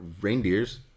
reindeers